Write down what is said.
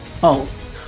Pulse